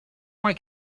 why